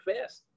fast